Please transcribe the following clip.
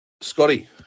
Scotty